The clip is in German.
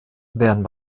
werden